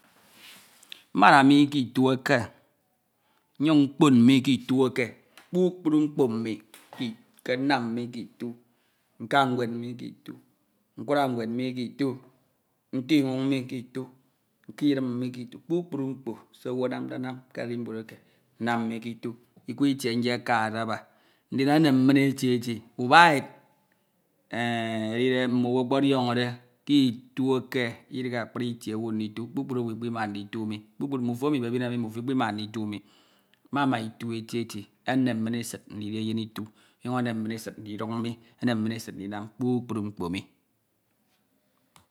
Mmana mi ke ito oko nnyin mkpo mi ke ito eke. Kpukpru mkpo mmi ke nnam mi ke ito. Nka nwed mi ke ito, nkura nwed mi ke ito, nKa inwoñ mi ke ito, nka idem mi ke ito. Kpukpru mkpo se owu anamde nam ke animbied eke nnam mi ke ito, ikwe ntie nyekade aba. Ndim enem min eti eti. Ubak mme owu okpodioñde ke ito eke akpri itie owu nditu kpukpru ikpima nditu mi. Mmefi emi ibebine mi mmefo ikipima nduta mi. Enun min esid ndidi ndiduñ mi, enem esid ndinam kpukpru mkpo mi.